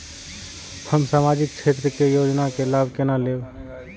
हम सामाजिक क्षेत्र के योजना के लाभ केना लेब?